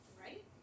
Right